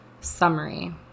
Summary